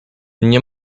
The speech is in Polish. nie